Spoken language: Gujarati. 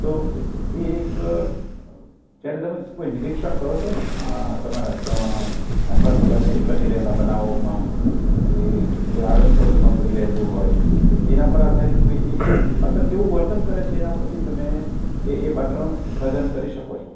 તો એ એક જ્યારે તમે કોઈ નિરીક્ષણ કરો છોને તમારા આસપાસ બની બની રહેલા બનાવોમાં કે કોઈ આડોશ પાડોશમાં કોઈ રહેતું હોય તો એના પર આધારિત કોઈ એ એ પાત્ર કેવું વર્તન કરે છે એના પરથી તમે એ પાત્રનું સર્જન કરી શકો છો